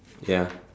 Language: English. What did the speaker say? ya